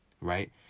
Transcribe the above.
right